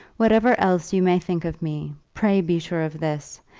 whatever else you may think of me, pray be sure of this,